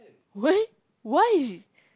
why why is